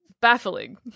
Baffling